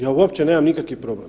Ja uopće nemam nikakvi problem.